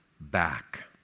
back